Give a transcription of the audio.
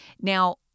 Now